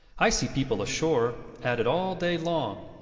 i see people ashore at it all day long,